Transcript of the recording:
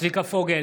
צביקה פוגל,